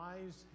lives